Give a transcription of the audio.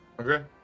Okay